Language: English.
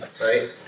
Right